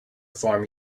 farm